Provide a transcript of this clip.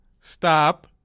Stop